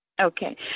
Okay